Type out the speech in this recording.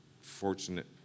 fortunate